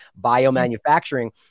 biomanufacturing